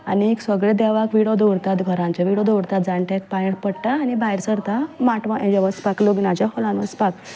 आनी सगल्या देवाक विडो दवरतात घराच्या देवाक विडो दवरता जाणट्यांक पांय पडटा आनी भायर सरता माटवान वचपाक लग्नाक हॉलान वचपाक